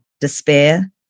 Despair